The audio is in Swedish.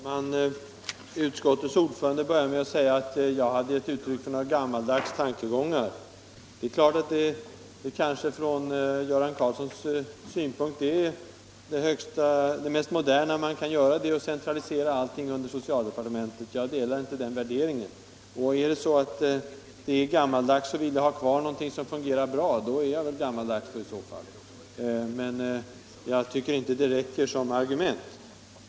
Herr talman! Utskottets ordförande började med att säga att jag hade gett uttryck för gammaldags tankegångar. Det är klart att det från Göran Karlssons i Huskvarna synpunkt sett mest moderna man kan göra kanske är att centralisera allting under socialdepartementet. Jag delar emellertid inte den värderingen. Är det att vara gammaldags, om man vill ha kvar någonting som fungerar bra, är jag väl gammaldags i så fall, men jag tycker inte att det räcker som argument för en ändring.